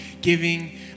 giving